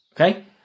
Okay